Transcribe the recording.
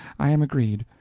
i am agreed.